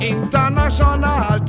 International